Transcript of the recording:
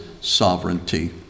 sovereignty